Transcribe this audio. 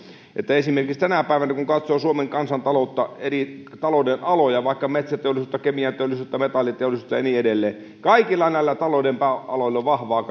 esimerkiksi tänä päivänä kun katsoo suomen kansantaloutta eri taloudenaloja vaikka metsäteollisuutta kemianteollisuutta metalliteollisuutta ja niin edelleen kaikilla näillä talouden aloilla on vahvaa